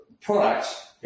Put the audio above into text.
products